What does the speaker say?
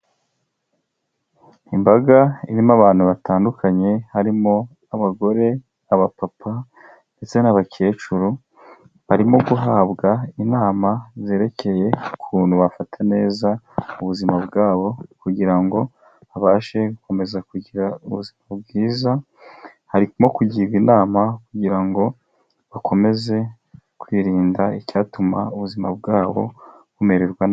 Imbaga irimo abantu batandukanye, harimo abagore aba papa, ndetse n'abakecuru, barimo guhabwa inama zerekeye ukuntu bafata neza ubuzima bwabo kugira ngo babashe gukomeza kugira ubuzima bwiza, harimo kugirwa inama kugira ngo bakomeze kwirinda icyatuma ubuzima bwabo bumererwa nabi.